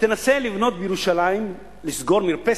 תנסה לבנות בירושלים, לסגור מרפסת,